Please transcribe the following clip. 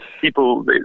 people